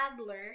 Adler